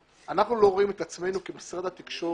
אנחנו לא רואים את עצמנו, משרד התקשורת,